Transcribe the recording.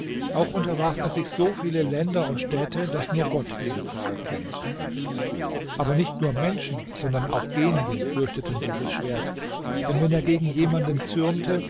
auch unterwarf er sich so viele länder und städte daß nur gott ihre zahl kennt aber nicht nur menschen sondern auch genien fürchteten dieses schwert denn wenn er gegen jemanden